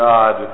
God